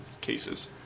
cases